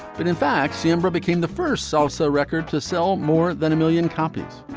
but in fact samba became the first salsa record to sell more than a million copies.